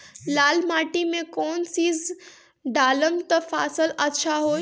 लाल माटी मे कौन चिज ढालाम त फासल अच्छा होई?